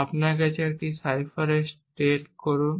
আপনার কাছে একটি সাইফারে স্টেট করুন